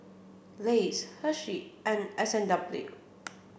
Lays Hershey and S and W